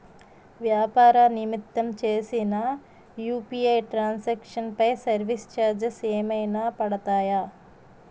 వ్యాపార నిమిత్తం చేసిన యు.పి.ఐ ట్రాన్ సాంక్షన్ పై సర్వీస్ చార్జెస్ ఏమైనా పడతాయా?